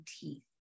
teeth